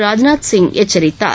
ராஜ்நாத் சிங் எச்சரித்தார்